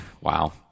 Wow